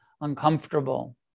uncomfortable